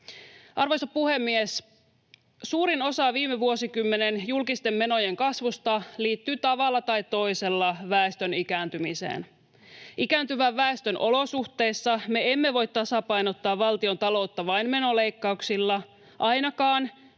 Arvoisa puhemies! Suurin osa viime vuosikymmenen julkisten menojen kasvusta liittyy tavalla tai toisella väestön ikääntymiseen. Ikääntyvän väestön olosuhteissa me emme voi tasapainottaa valtiontaloutta vain menoleikkauksilla, ainakaan